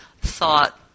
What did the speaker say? thought